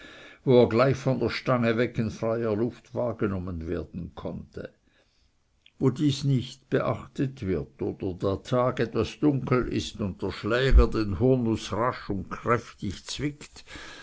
wo er gleich von der stange weg in freier luft wahrgenommen werden konnte wo dies nicht beachtet wird oder der tag etwas dunkel ist und der schläger den hurnuß rasch und kräftig zwickt